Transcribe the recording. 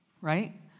Right